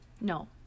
No